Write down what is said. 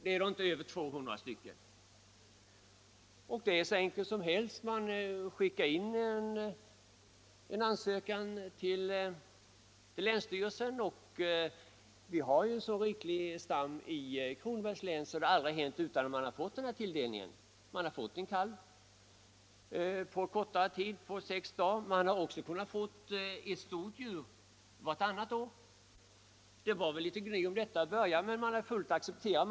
Ansökningsförfarandet är hur enkelt som helst: man skickar in en ansökan till länsstyrelsen. Vi har en så riklig stam i Kronobergs län att det, vad jag vet, aldrig hänt att man inte fått en tilldelning på ett djur. Man har fått en kalv på högst, tror jag, sex dagar. Man har också kunnat få ett stort djur vartannat år. Det var litet gny om detta i början, men man har accepterat det.